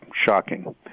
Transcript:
shocking